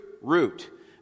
root